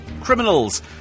criminals